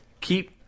Keep